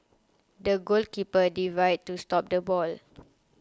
the goalkeeper dived to stop the ball